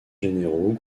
généraux